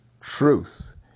truth